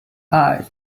eyes